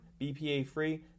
BPA-free